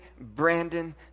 Brandon